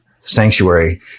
sanctuary